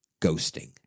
ghosting